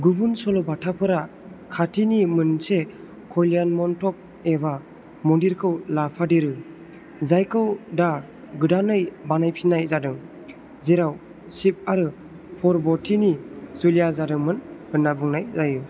गुबुन सल'बाथाफोरा खाथिनि मोनसे कल्याणमन्टप एबा मन्दिरखौ लाफादेरो जायखौ दा गोदानै बानायफिन्नाय जादों जेराव शिब आरो पार्भ'तिनि जुलिया जादोंमोन होन्ना बुंनाय जायो